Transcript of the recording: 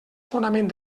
fonament